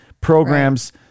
programs